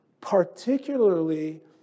particularly